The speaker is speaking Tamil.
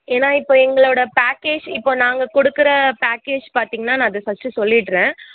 ஏன்னால் இப்போ எங்களோடய பேக்கேஜ் இப்போ நாங்கள் கொடுக்குற பேக்கேஜ் பார்த்தீங்கன்னா நான் அதை ஃபஸ்ட்டு சொல்லிடுறேன்